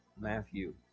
Matthew